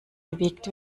bewegt